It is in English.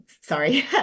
sorry